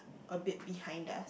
a bit behind us